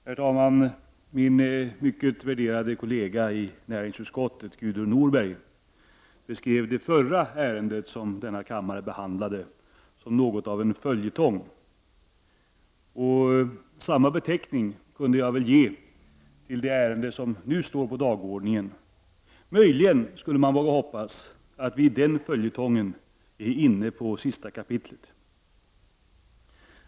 Herr talman! Min mycket värderade kollega i näringsutskottet Gudrun Norberg beskrev det förra ärendet som denna kammare behandlade som något av en följetong. Samma beteckning kunde jag ge det ärende som nu står på dagordningen. Möjligen skulle man våga hoppas att vi i den följetongen är inne på det sista kapitlet.